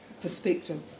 perspective